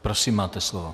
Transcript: Prosím, máte slovo.